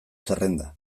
zerrenda